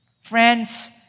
Friends